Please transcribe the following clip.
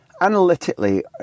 analytically